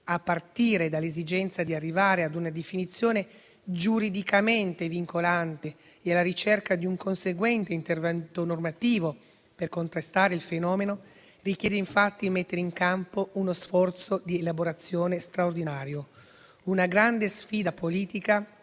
a partire dall'esigenza di arrivare a una definizione giuridicamente vincolante e alla ricerca di un conseguente intervento normativo per contrastare il fenomeno, richiede infatti di mettere in campo uno sforzo di elaborazione straordinario, una grande sfida politica